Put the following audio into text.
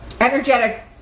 energetic